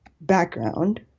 background